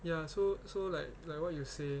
ya so so like like what you say